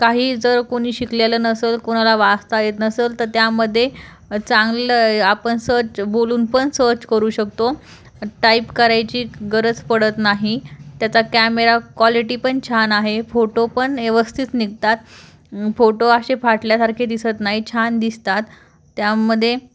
काही जर कोणी शिकलेलं नसंल कोणाला वाजता येत नसंल तर त्यामध्ये चांगलं आपण सच बोलून पण सच करू शकतो टाईप करायची गरज पडत नाही त्याचा कॅमेरा क्वालिटी पण छान आहे फोटो पण व्यवस्थित निघतात फोटो असे फाटल्यासारखे दिसत नाही छान दिसतात त्यामध्ये